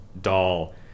doll